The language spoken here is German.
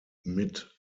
mit